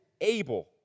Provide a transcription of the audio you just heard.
able